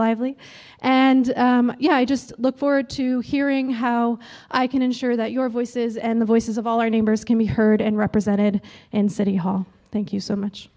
lively and yeah i just look forward to hearing how i can ensure that your voices and the voices of all our neighbors can be heard and represented in city hall thank you so much